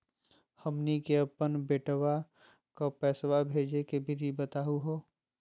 हमनी के अपन बेटवा क पैसवा भेजै के विधि बताहु हो?